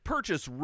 purchase